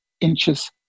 inches